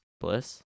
bliss